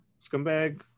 Scumbag